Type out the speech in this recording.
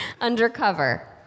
undercover